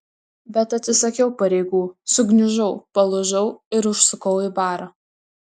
bet atsisakiau pareigų sugniužau palūžau ir užsukau į barą